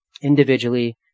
individually